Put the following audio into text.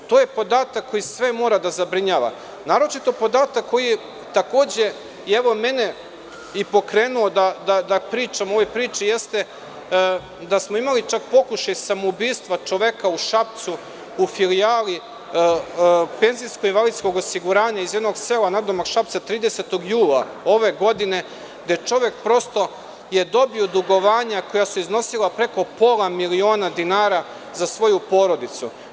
To je podatak koji sve mora da zabrinjava, naročito podatak koji je takođe i evo i mene pokrenuo da pričamo o ovoj priči, jeste da smo imali čak pokušaj samoubistva čoveka u Šapcu u filijali PIO iz jednog sela nadomak Šapca 30. jula ove godine, gde je čovek prosto dobio dugovanja koja su iznosila preko pola miliona dinara za svoju porodicu.